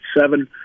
seven